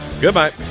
goodbye